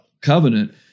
covenant